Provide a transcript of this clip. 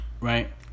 right